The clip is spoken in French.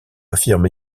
affirme